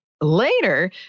Later